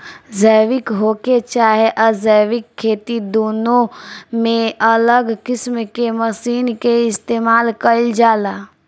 जैविक होखे चाहे अजैविक खेती दुनो में अलग किस्म के मशीन के इस्तमाल कईल जाला